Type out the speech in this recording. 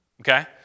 okay